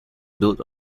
built